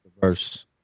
verse